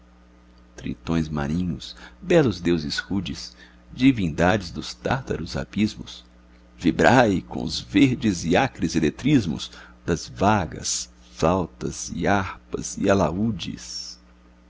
tritões marinhos belos deuses rudes divindades dos tártaros abismos vibrai com os verdes e acres eletrismos das vagas flautas e harpas e alaúdes